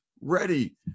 ready